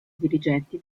dirigenti